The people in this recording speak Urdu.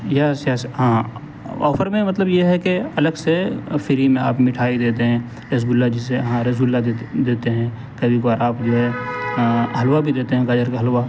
یس یس ہاں آفر میں مطلب یہ ہے کہ الگ سے فری میں آپ مٹھائی دیتے ہیں رس گلا جسے ہاں رس گلا دیتے ہیں کبھی کبھار آپ جو ہے حلوا بھی دیتے ہیں گاجر کا حلوا